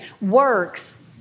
works